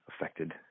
affected